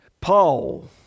Paul